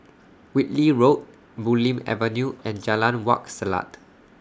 Whitley Road Bulim Avenue and Jalan Wak Selat